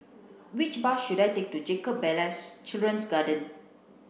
which bus should I take to Jacob Ballas Children's Garden